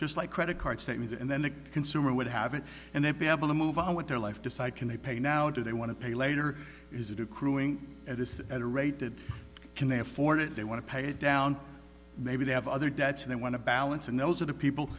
just like credit card statements and then the consumer would have it and then be able to move on with their life decide can they pay now do they want to pay later is it accruing it is at a rate that can they afford it they want to pay it down maybe they have other debts they want to balance and those are the people